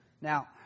Now